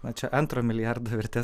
na čia antro milijardo vertė